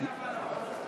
אין הבנות,